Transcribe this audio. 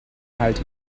halt